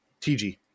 TG